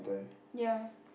ya